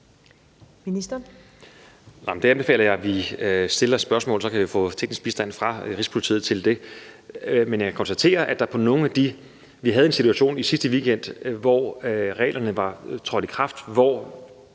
Heunicke): Der anbefaler jeg, at man stiller et spørgsmål, og så kan vi få teknisk bistand fra Rigspolitiet til at svare på det. Men jeg kan konstatere, at vi havde en situation i sidste weekend, hvor reglerne var trådt i kraft, og